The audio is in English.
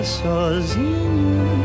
sozinho